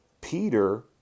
Peter